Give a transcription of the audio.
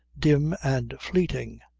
dim and fleeting.